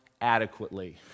adequately